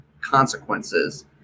consequences